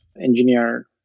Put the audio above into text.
engineer